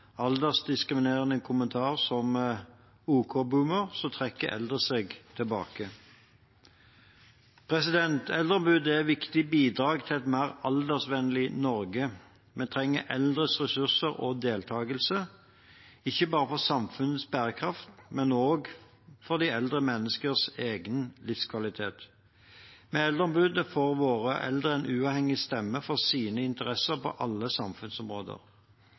kommentar som «OK Boomer», trekker eldre seg tilbake. Eldreombudet er et viktig bidrag til et mer aldersvennlig Norge. Vi trenger eldres ressurser og deltakelse, ikke bare for samfunnets bærekraft, men også for de eldre menneskers egen livskvalitet. Med Eldreombudet får våre eldre en uavhengig stemme for sine interesser på alle samfunnsområder.